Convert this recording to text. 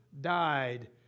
died